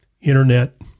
internet